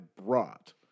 brought